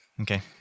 Okay